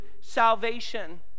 salvation